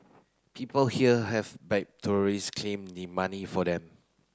people here have bad tourist claim the money for them